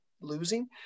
losing